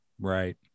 right